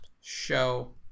show